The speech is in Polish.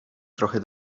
trochę